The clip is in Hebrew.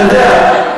אתה יודע,